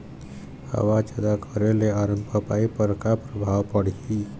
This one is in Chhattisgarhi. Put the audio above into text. हवा जादा करे ले अरमपपई पर का परभाव पड़िही?